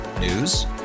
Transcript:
News